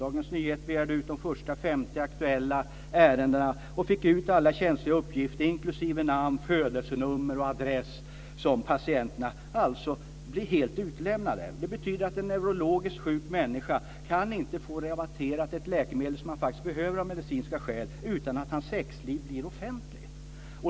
Dagens Nyheter begärde ut de första 50 aktuella ärendena och fick ut alla känsliga uppgifter inklusive namn, födelsenummer och adress. Patienterna blir alltså helt utlämnade. Det betyder att en neurologiskt sjuk människa faktiskt inte kan få ett rabatterat läkemedel som han behöver av medicinska skäl utan att hans sexliv blir offentligt.